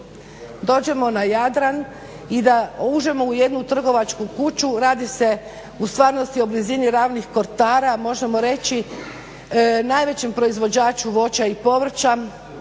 dođemo na Jadran i da uđemo u jednu trgovačku kuću, radi se u stvarnosti o blizini Ravnih Kotara, možemo reći najvećem proizvođaču voća i povrća,